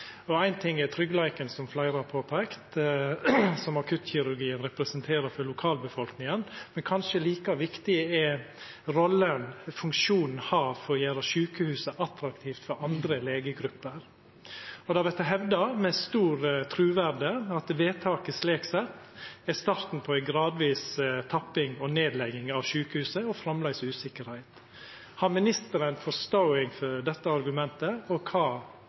som fleire har peika på, men kanskje like viktig er rolla funksjonen har for å gjera sjukehuset attraktivt for andre legegrupper. Det har vorte hevda, med stor truverde, at vedtaket slik sett er starten på ei gradvis tapping og nedlegging av sjukehuset og framleis usikkerheit. Har ministeren forståing for dette argumentet, og kva